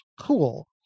cool